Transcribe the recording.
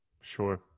Sure